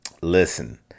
Listen